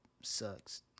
sucks